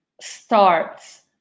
starts